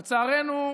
לצערנו,